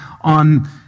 on